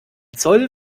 zoll